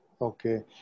okay